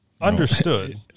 Understood